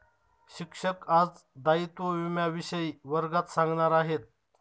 शिक्षक आज दायित्व विम्याविषयी वर्गात सांगणार आहेत